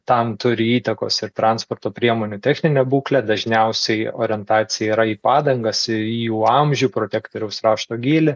tam turi įtakos ir transporto priemonių techninė būklė dažniausiai orientacija yra į padangas į jų amžių protektoriaus rašto gylį